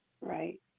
Right